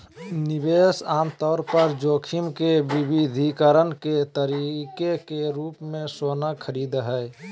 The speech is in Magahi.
निवेशक आमतौर पर जोखिम के विविधीकरण के तरीके के रूप मे सोना खरीदय हय